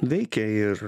veikia ir